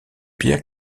pierre